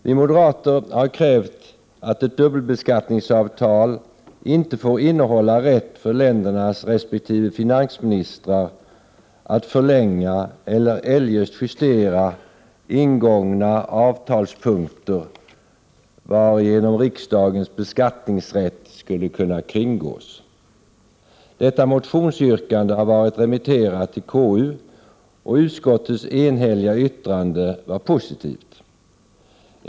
Vi moderater har krävt att ett dubbelbeskattningsavtal inte får innehålla rätt för ländernas resp. finansministrar att förlänga eller eljest justera ingångna avtalspunkter, varigenom riksdagens beskattningsrätt skulle kunna kringgås. Detta motionsyrkande har varit remitterat till konstitutionsutskottet, och utskottets enhälliga yttrande var positivt.